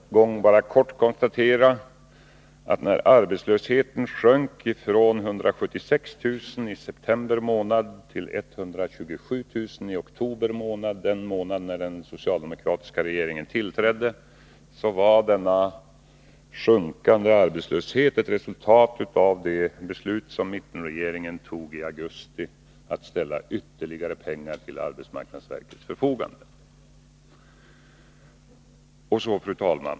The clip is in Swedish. Fru talman! Får jag än en gång bara kort konstatera att när arbetslösheten sjönk från 176 000 i september till 127 000 i oktober, den månad då den socialdemokratiska regeringen tillträdde, berodde det på de beslut som mittenregeringen tog i augusti att ställa ytterligare pengar till arbetsmarknadsverkets förfogande.